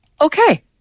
Okay